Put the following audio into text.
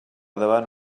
davant